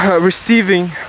receiving